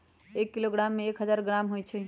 एक किलोग्राम में एक हजार ग्राम होई छई